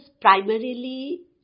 primarily